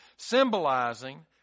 symbolizing